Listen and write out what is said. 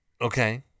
Okay